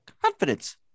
confidence